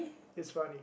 it's funny